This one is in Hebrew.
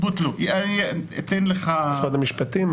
משרד המשפטים?